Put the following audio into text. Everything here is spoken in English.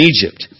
Egypt